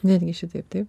netgi šitaip taip